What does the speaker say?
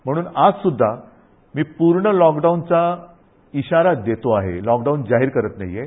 म्हणून आजस्रध्दा मी पूर्ण लॉकडाऊनचा इशारा देतो आहे लॉकडाऊन जाहीर करत नाहीये